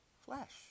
flesh